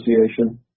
Association